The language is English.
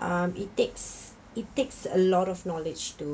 um it takes it takes a lot of knowledge to